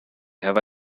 have